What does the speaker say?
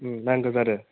नांगौ जादों